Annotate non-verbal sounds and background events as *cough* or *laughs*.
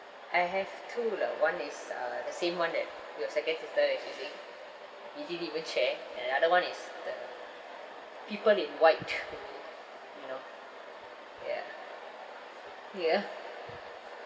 I have two lah one is uh the same [one] that your second sister is using you didn't even check and other [one] is the people in white *laughs* you know ya ya *laughs*